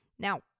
Now